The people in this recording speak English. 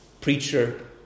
preacher